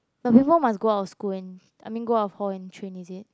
the ping pong must go out of school I mean go out of hall and train is it